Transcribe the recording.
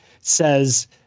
says